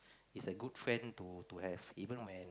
he's a good friend to to have even when